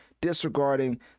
Disregarding